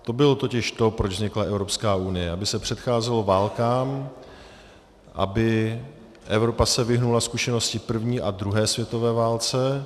To bylo totiž to, proč vznikla Evropská unie: aby se předcházelo válkám, aby se Evropa vyhnula zkušenosti první a druhé světové války.